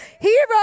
Hero